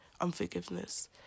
unforgiveness